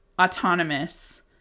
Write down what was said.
autonomous